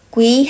Quý